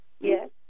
Yes